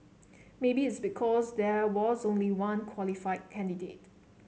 maybe it's because there was only one qualified candidate